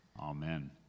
Amen